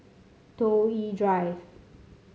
Toh Yi Drive